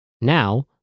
Now